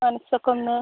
മനസ്സൊക്കൊന്ന്